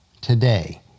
today